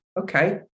okay